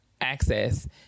access